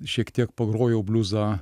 šiek tiek pagrojau bliuzą